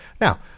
Now